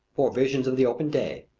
or visions of the open day,